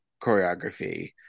choreography